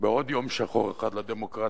בעוד יום שחור אחד לדמוקרטיה,